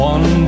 One